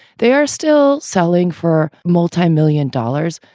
they are still selling for multimillion dollars.